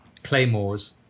claymores